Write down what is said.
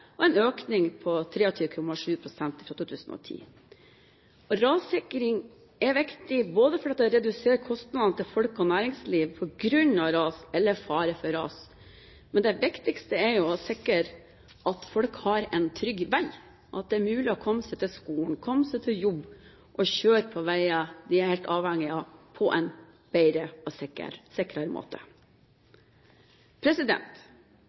2011, en økning på 23,7 pst. fra 2010. Rassikring er viktig, fordi det reduserer kostnadene folk og næringsliv har på grunn av ras eller fare for ras. Men det viktigste er jo å sikre at folk har en trygg vei, at det er mulig å komme seg til skolen, komme seg på jobb og kjøre på veier de er helt avhengige av, på en bedre og sikrere måte.